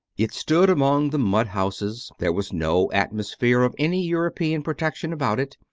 it stood among the mud houses there was no atmosphere of any european protection about it,